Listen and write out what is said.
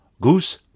goose